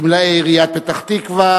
גמלאי עיריית פתח-תקווה,